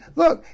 look